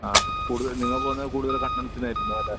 ആ കൂടുതൽ നിങ്ങൾ പോവുന്നത് കൂടുതലും കണ്ണൻസിനായിരുന്നു അല്ലേ